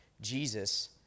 Jesus